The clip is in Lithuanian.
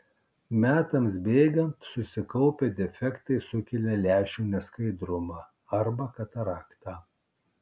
metams bėgant susikaupę defektai sukelia lęšių neskaidrumą arba kataraktą